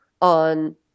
on